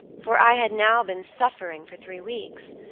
for i had now been suffering for three weeks,